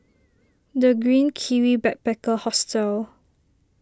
the Green Kiwi Backpacker Hostel